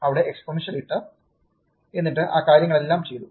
അവിടെ എക്സ്പോണൻഷ്യൽ ഇട്ടു എന്നിട്ട് ആ കാര്യങ്ങളെല്ലാം ചെയ്തു